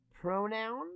pronoun